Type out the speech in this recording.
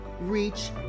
reach